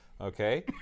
Okay